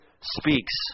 speaks